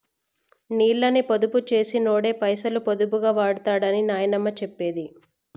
నీళ్ళని పొదుపు చేసినోడే పైసలు పొదుపుగా వాడుతడని నాయనమ్మ చెప్పేది